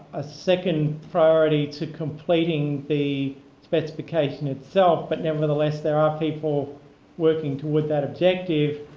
a second priority to completing the specification itself. but nevertheless, there are people working toward that objective.